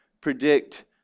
predict